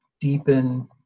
deepen